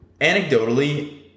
Anecdotally